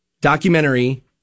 documentary